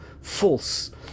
false